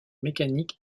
mécanique